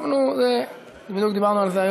התשע"ז 2016,